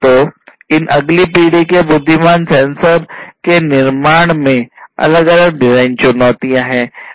तो इन अगली पीढ़ी के बुद्धिमानों सेंसर के निर्माण में अलग अलग डिज़ाइन चुनौतियाँ हैं